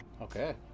Okay